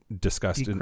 discussed